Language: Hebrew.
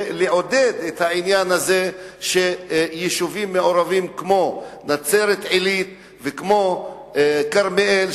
ולעודד את העניין הזה שיישובים מעורבים כמו נצרת-עילית וכמו כרמיאל,